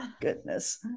Goodness